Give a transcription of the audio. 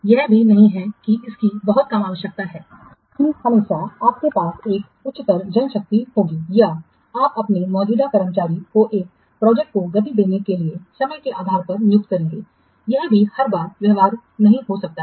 यह भी नहीं है कि इसकी बहुत कम आवश्यकता है कि हमेशा आपके पास एक उच्चतर जनशक्ति होगी या आप अपने मौजूदा कर्मचारी को एक प्रोजेक्ट को गति देने के लिए समय के आधार पर नियुक्त करेंगे यह भी हर बार व्यवहार्य नहीं हो सकता है